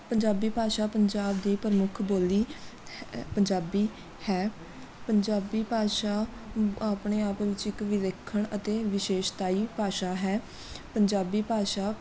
ਪੰਜਾਬੀ ਭਾਸ਼ਾ ਪੰਜਾਬ ਦੀ ਪ੍ਰਮੁੱਖ ਬੋਲੀ ਪੰਜਾਬੀ ਹੈ ਪੰਜਾਬੀ ਭਾਸ਼ਾ ਆਪਣੇ ਆਪ ਵਿੱਚ ਇੱਕ ਵਿਲੱਖਣ ਅਤੇ ਵਿਸ਼ੇਸ਼ਤਾਈ ਭਾਸ਼ਾ ਹੈ ਪੰਜਾਬੀ ਭਾਸ਼ਾ